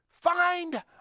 find